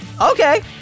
Okay